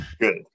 good